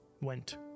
went